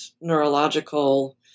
neurological